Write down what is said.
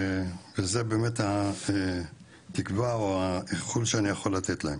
וזה באמת התקווה, או האיחול שאני יכול לתת להם.